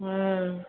ᱦᱮᱸᱻ